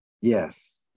Yes